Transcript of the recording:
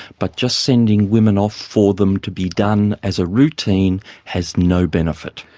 but just sending women off for them to be done as a routine has no benefit.